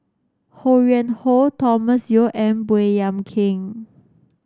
Ho Yuen Hoe Thomas Yeo and Baey Yam Keng